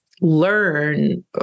learn